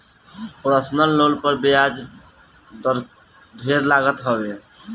personal loan पर बियाज दर ढेर लागत हवे